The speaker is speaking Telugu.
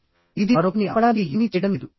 ఇది మరొకరిని ఆపడానికి ఏమీ చేయడం లేదు